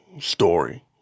story